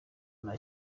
nta